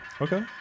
okay